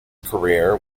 career